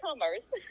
commerce